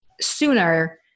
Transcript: sooner